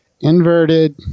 inverted